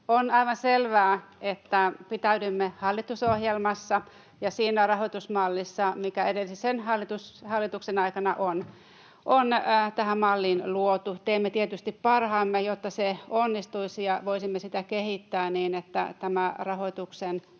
On aivan selvää, että pitäydymme hallitusohjelmassa ja siinä rahoitusmallissa, mikä edellisen hallituksen aikana on tähän malliin luotu. Teemme tietysti parhaamme, jotta se onnistuisi ja voisimme sitä kehittää niin, että tämä rahoituksen